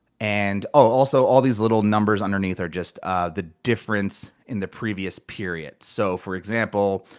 and oh also, all these little numbers underneath are just ah the difference in the previous period. so for example,